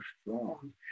strong